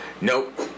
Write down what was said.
Nope